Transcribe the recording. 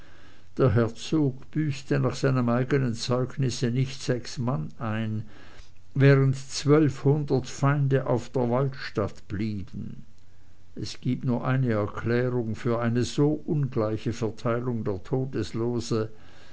der herzog büßte nach seinem eigenen zeugnisse nicht sechs mann ein während zwölfhundert feinde auf der walstatt blieben es gibt nur eine erklärung für eine so ungleiche verteilung der